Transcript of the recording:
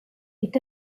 est